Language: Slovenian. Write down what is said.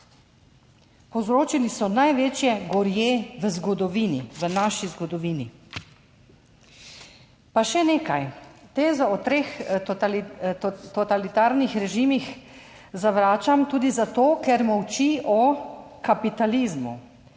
Povzročili so največje gorje v zgodovini, v naši zgodovini. Pa še nekaj: tezo o treh totalitarnih režimih zavračam tudi zato, ker molči o kapitalizmu.